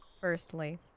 firstly